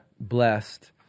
Blessed